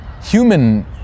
human